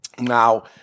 Now